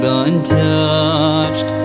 untouched